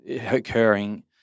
occurring